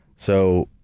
so,